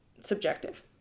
subjective